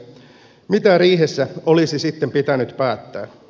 mitä riihessä olisi sitten pitänyt päättää